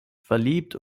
verliebt